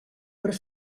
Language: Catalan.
per